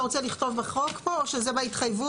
אתה רוצה לכתוב בחוק פה או שזה בהתחייבות?